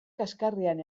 kaxkarrean